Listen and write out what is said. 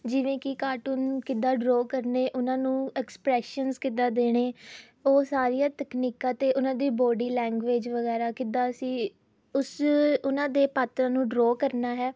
ਜਿਵੇਂ ਕਿ ਕਾਰਟੂਨ ਕਿੱਦਾਂ ਡਰਾਅ ਕਰਨੇ ਉਹਨਾਂ ਨੂੰ ਐਕਸਪ੍ਰੈਸ਼ਨਜ਼ ਕਿੱਦਾਂ ਦੇਣੇ ਉਹ ਸਾਰੀਆਂ ਤਕਨੀਕਾਂ ਅਤੇ ਉਨ੍ਹਾਂ ਦੇ ਬੋਡੀ ਲੈਂਗੁਏਜ ਵਗੈਰਾ ਕਿੱਦਾਂ ਅਸੀਂ ਉਸ ਉਨ੍ਹਾਂ ਦੇ ਪਾਤਰ ਨੂੰ ਡਰੋਅ ਕਰਨਾ ਹੈ